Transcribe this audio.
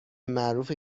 معروفه